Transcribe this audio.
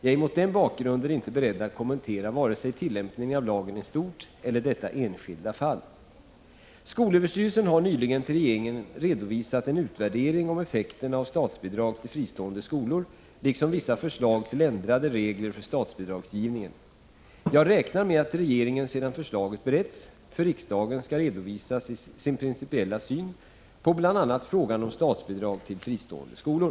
Jag är mot denna bakgrund inte beredd att kommentera vare sig tillämpningen av lagen i stort eller detta enskilda fall. SÖ har nyligen till regeringen redovisat en utvärdering om effekterna av statsbidrag till fristående skolor liksom vissa förslag till ändrade regler för statsbidragsgivningen. Jag räknar med att regeringen, sedan förslaget beretts, för riksdagen skall redovisa sin principiella syn på bl.a. frågan om statsbidrag till fristående skolor.